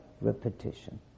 repetition